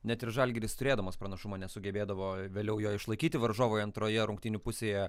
net ir žalgiris turėdamas pranašumą nesugebėdavo vėliau jo išlaikyti varžovai antroje rungtynių pusėje